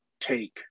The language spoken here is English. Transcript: take